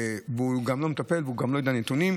סמכות, והוא גם לא מטפל בזה, הוא לא יודע נתונים.